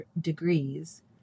degrees